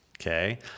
okay